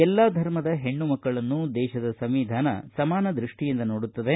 ಎಲ್ಲಾ ಧರ್ಮದ ಹೆಣ್ಣು ಮಕ್ಕಳನ್ನು ದೇಶದ ಸಂವಿಧಾನ ಸಮಾನ ದೃಷ್ಟಿಯಿಂದ ನೋಡುತ್ತದೆ